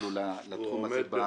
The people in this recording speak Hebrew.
אפילו לתחום הזה.